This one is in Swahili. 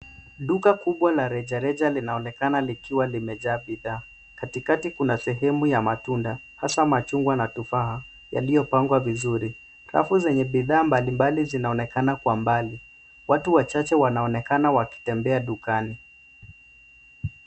Duka kubwa la rejareja linaonekana likiwa limejaa bidhaa. Katikati kuna sehemu ya matunda, hasa machungwa na tufaha, yaliyopangwa vizuri. Rafu zenye bidhaa mbalimbali zinaonekana kwa mbali. Watu wachache wanaonekana wakitembea dukani.